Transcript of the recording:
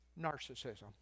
narcissism